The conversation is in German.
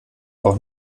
auch